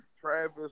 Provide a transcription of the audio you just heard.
Travis